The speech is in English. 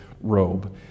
robe